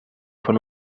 fan